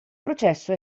processo